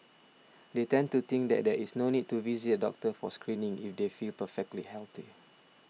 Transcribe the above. they tend to think that there is no need to visit a doctor for screening if they feel perfectly healthy